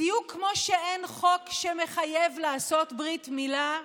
בדיוק כמו שאין חוק שמחייב לעשות ברית מילה,